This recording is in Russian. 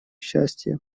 счастья